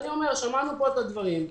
שמענו את הדברים.